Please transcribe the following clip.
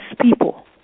people